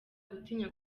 gutinya